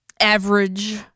Average